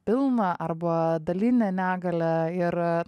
pilną arba dalinę negalią ir